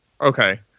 Okay